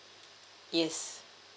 yes